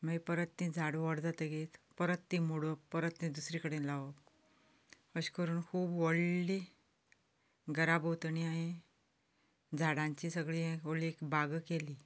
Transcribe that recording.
मागीर परत तीं झाडां व्हड जातकच परत ती मोडून परत तें दुसरे कडेन लावप अशें करून खूब व्हडलीं घरा भोंवतणी हावें झाडांची एक व्हडली एक बाग केली